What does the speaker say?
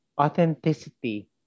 Authenticity